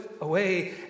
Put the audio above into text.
away